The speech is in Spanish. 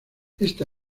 esta